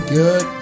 good